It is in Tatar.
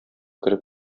кереп